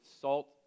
salt